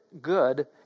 good